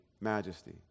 majesty